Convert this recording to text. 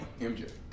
MJ